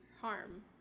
harm